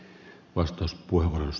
arvoisa puhemies